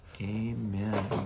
Amen